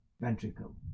ventricle